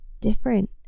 different